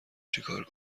چیکار